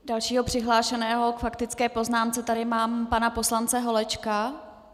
Dalšího přihlášeného k faktické poznámce tady mám pana poslance Holečka...